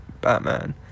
Batman